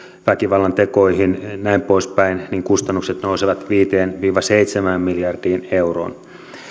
väkivallantekoihin näin poispäin niin kustannukset nousevat viiteen viiva seitsemään miljardiin euroon